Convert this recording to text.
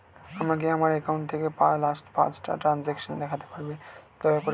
আমাকে আমার অ্যাকাউন্ট থেকে লাস্ট পাঁচটা ট্রানজেকশন দেখাতে পারবেন দয়া করে